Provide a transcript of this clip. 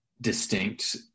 distinct